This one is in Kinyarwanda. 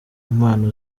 impano